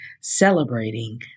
celebrating